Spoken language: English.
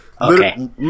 Okay